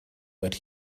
but